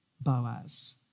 Boaz